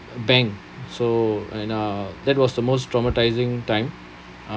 bank so and uh that was the most traumatising time